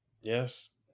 Yes